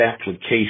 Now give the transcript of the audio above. application